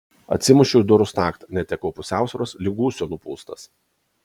atsimušiau į durų staktą netekau pusiausvyros lyg gūsio nupūstas